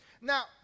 Now